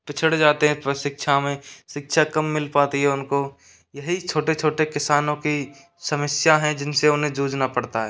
पिछड़ जाते हैं पर शिक्षा में शिक्षा कम मिल पाती है उनको यही छोटे छोटे किसानों की समस्या है जिनसे उन्हें जूझना पड़ता है